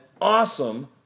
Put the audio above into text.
awesome